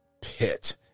pit